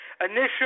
Initial